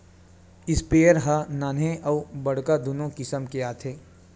sprayer ह नान्हे अउ बड़का दुनो किसम के आथे